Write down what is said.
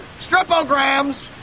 stripograms